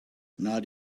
not